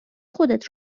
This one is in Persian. خودت